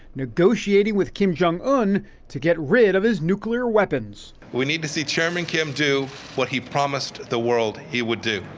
negotiating with kim jong-un to get rid of his nuclear weapons. we need to see chairman kim do what he promised the world he would do.